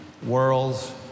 world's